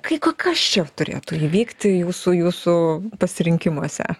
kai ko kas čia turėtų įvykti jūsų jūsų pasirinkimuose